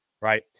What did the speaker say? right